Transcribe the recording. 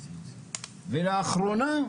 ולאחרונה,